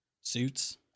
suits